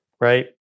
right